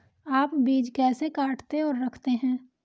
आप बीज कैसे काटते और रखते हैं?